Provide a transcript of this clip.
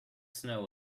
snow